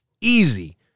Easy